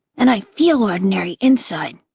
and i feel ordinary. inside.